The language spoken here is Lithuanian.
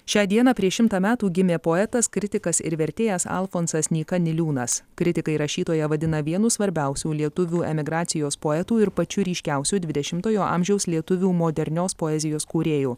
šią dieną prieš šimtą metų gimė poetas kritikas ir vertėjas alfonsas nyka niliūnas kritikai rašytoją vadina vienu svarbiausių lietuvių emigracijos poetų ir pačiu ryškiausiu dvidešimtojo amžiaus lietuvių modernios poezijos kūrėju